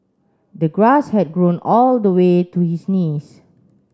the grass had grown all the way to his knees